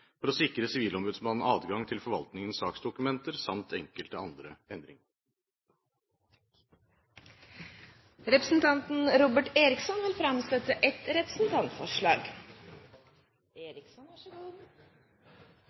for å sikre Sivilombudsmannen adgang til forvaltningens saksdokumenter samt enkelte andre rettinger. Representanten Robert Eriksson vil framsette et representantforslag.